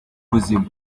buzima